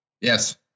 Yes